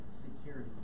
security